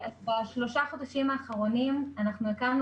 אז בשלושה החודשים האחרונים אנחנו הקמנו